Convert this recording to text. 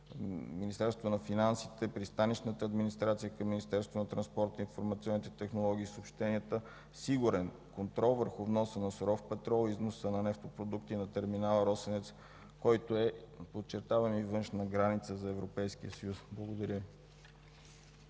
Министерството на финансите, Пристанищната администрация към Министерството на транспорта, информационните технологии и съобщенията, сигурен контрол върху вноса на суров петрол и износа на нефтопродукти на терминал „Росенец”, който е – подчертавам, и външна граница за Европейския съюз? Благодаря.